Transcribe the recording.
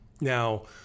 Now